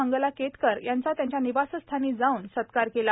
मंगला केतकर यांचा त्यांच्या निवासस्थानी जाऊन सत्कार केला